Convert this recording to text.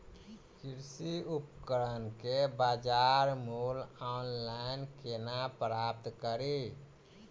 कृषि उपकरण केँ बजार मूल्य ऑनलाइन केना प्राप्त कड़ी?